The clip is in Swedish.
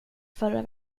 förra